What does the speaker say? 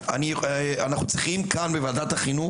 אנחנו צריכים כאן בוועדת החינוך,